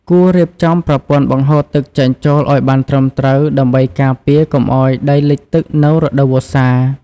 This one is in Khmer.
គួររៀបចំប្រព័ន្ធបង្ហូរទឹកចេញចូលឱ្យបានត្រឹមត្រូវដើម្បីការពារកុំឱ្យដីលិចទឹកនៅរដូវវស្សា។